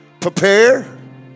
prepare